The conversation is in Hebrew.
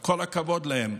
כל הכבוד להם.